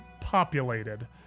populated